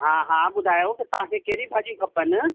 हा हा ॿुधायो तव्हांखे कहिड़ी भाॼियूं खपनि